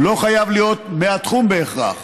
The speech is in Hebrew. הוא לא חייב להיות מהתחום בהכרח,